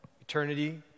eternity